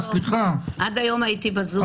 עד היום הייתי בזום.